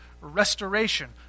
restoration